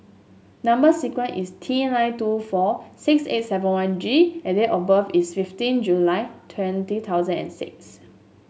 number sequence is T nine two four six eight seven one G and date of birth is fifteen July two thousand and six